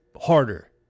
harder